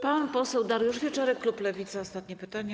Pan poseł Dariusz Wieczorek, klub Lewica, ostatnie pytanie.